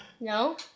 No